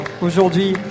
aujourd'hui